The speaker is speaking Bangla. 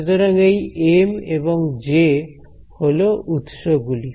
সুতরাং এই এম এবং জে হল উৎসগুলি